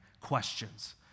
Questions